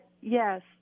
Yes